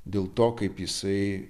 dėl to kaip jisai